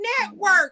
Network